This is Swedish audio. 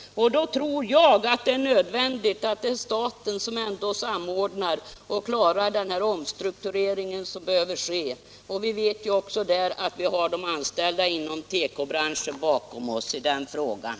Då tror jag att det är nödvändigt att staten samordnar och klarar denna omstrukturering som behöver ske. Vi vet ju också att vi har de anställda inom tekobranschen bakom oss i den frågan.